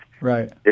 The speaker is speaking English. Right